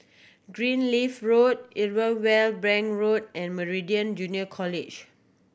Greenleaf Road Irwell Bank Road and Meridian Junior College